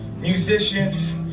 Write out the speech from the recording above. musicians